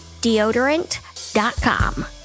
Deodorant.com